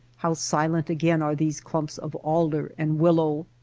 how silent again are these clumps of alder and willow!